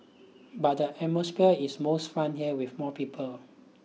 but the atmosphere is most fun here with more people